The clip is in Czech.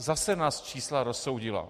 Zase nás čísla rozsoudila.